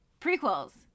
prequels